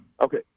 Okay